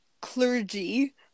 clergy